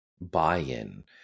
buy-in